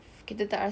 ya